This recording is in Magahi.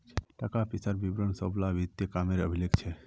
ताका पिसार विवरण सब ला वित्तिय कामेर अभिलेख छे